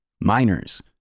Miners